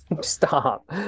Stop